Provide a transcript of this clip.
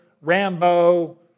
Rambo